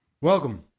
Welcome